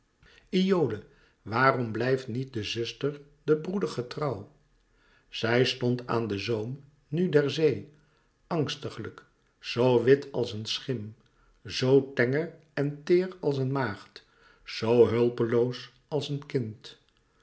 iole waarom blijft niet de zuster den broeder getrouw zij stond aan den zoom nu der zee angstiglijk zoo wit als een schim zoo tenger en teêr als een maagd zoo hulpeloos als een kind